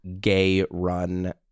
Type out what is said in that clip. gay-run